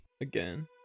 again